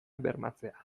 bermatzea